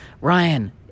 Ryan